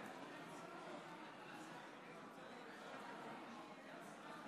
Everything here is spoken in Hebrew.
בממשלה לא נתקבלה.